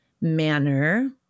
manner